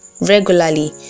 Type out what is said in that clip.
regularly